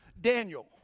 Daniel